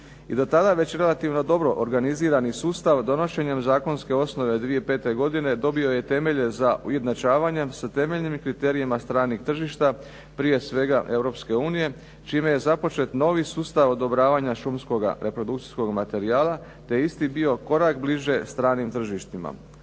I do tada već relativno dobro organizirani sustav donošenjem zakonske osnove 2005. godine dobio je temelje za ujednačavanjem sa temeljnim kriterijima stranih tržišta, prije svega Europske unije, čime je započet novi sustav odobravanja šumskoga reprodukcijskog materijala te isti bio korak bliže stranim tržištima.